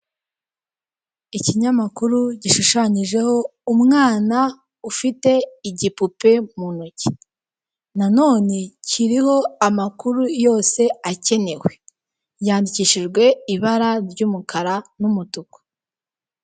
Ikinyamakuru gishushanyijeho umwana ufite igipupe mu ntoki. Nanone kiriho amakuru yose akenewe. Yandikishijwe ibara ry'umukara n'umutuku.